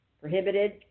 prohibited